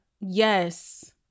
Yes